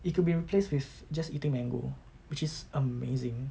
it could be replaced with just eating mango which is amazing